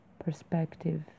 Perspective